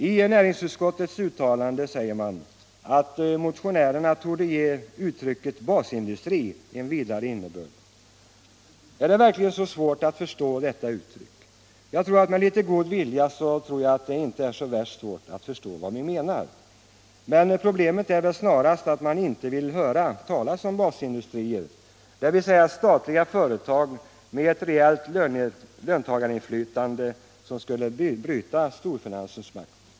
I näringsutskottets betänkande säger man ”att motionärerna torde ge uttrycket ”basindustri", -—-—, en vidare innebörd”. Är det verkligen så svårt att förstå detta uttryck? Jag tror att man med litet god vilja ganska lätt kan begripa vad vi menar. Men problemet är väl snarast att man inte vill höra talas om basindustrier — dvs. statliga företag med ett reellt löntagarinflytande som skulle bryta storfinansens makt.